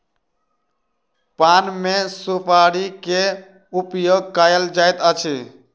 पान मे सुपाड़ी के उपयोग कयल जाइत अछि